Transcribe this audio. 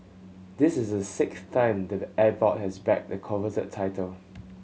this is the sixth time the airport has bagged the coveted title